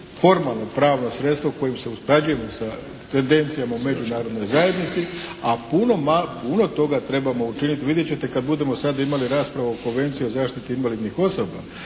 formalno pravno sredstvo kojim se usklađujemo sa tendencijama u međunarodnoj zajednici, a puno toga trebamo učiniti, vidjet ćete kad budemo sad imali raspravu o Konvenciji o zaštiti invalidnih osoba,